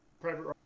private